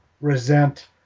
resent